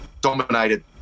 dominated